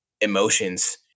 emotions